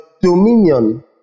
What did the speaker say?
dominion